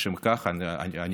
לשם כך אני כאן.